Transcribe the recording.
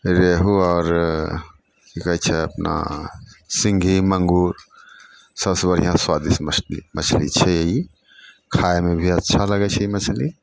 रेहु आओर कि कहै छै अपना सिङ्गही माङ्गुर सबसे बढ़िआँ सुआदिष्ट मछली मछली छै ई खाइमे भी अच्छा लगै छै ई मछली